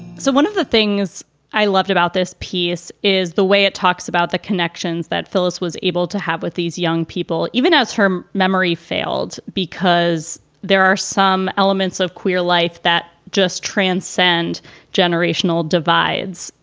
so one of the things i loved about this piece is the way it talks about the connections that phyllis was able to have with these young people, even as her memory failed, because there are some elements of queer life that just transcend generational divides.